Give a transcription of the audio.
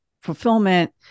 fulfillment